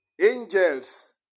Angels